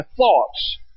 thoughts